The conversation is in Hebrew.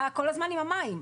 כל הזמן עם המים,